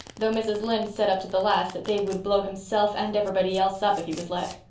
though mrs. lynde said up to the last that davy would blow himself and everybody else up if he was let.